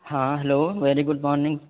ہاں hello very good morning